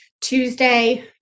Tuesday